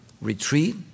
retreat